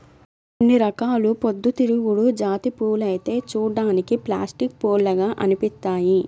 కొన్ని రకాల పొద్దుతిరుగుడు జాతి పూలైతే చూడ్డానికి ప్లాస్టిక్ పూల్లాగా అనిపిత్తయ్యి